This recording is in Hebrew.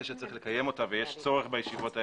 שצריך לקיים אותה ויש צורך בישיבות האלה,